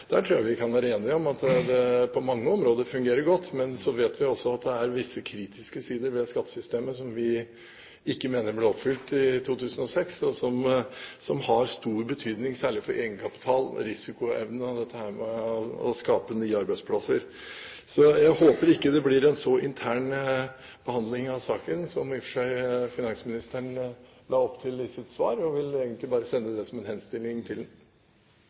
Jeg tror vi kan være enige om at det på mange områder fungerer godt, men så vet vi også at det er visse kritiske sider ved skattesystemet som vi ikke mener ble oppfylt i 2006, og som har stor betydning særlig for egenkapital, risikoevne og dette med å skape nye arbeidsplasser. Jeg håper ikke det blir en så intern behandling av saken som i og for seg finansministeren la opp til i sitt svar, og vil egentlig bare sende det som en henstilling til